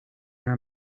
her